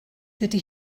dydy